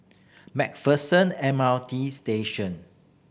Macpherson M R T Station